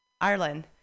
Ireland